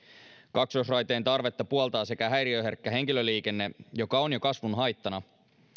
kaksoisraiteen tarvetta puoltaa sekä häiriöherkkä henkilöliikenne joka on jo kasvun haittana